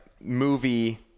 movie